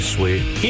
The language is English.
Sweet